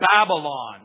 Babylon